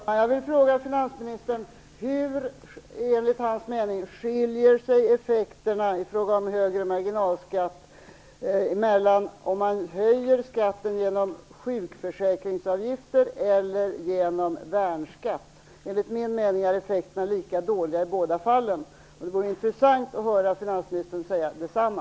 Fru talman! Jag vill fråga finansministern hur effekterna enligt hans mening skiljer sig ifråga om högre marginalskatt om man höjer skatten genom sjukförsäkringsavgifter eller genom värnskatt. Enligt min mening är effekterna lika dåliga i båda fallen. Det vore intressant att få höra finansministern säga detsamma.